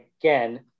again